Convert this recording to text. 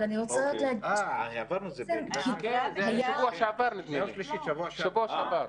אבל אני --- היא עברה בקריאה שנייה ושלישית --- בשבוע שעבר.